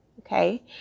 Okay